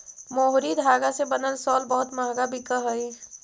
मोहरी धागा से बनल शॉल बहुत मँहगा बिकऽ हई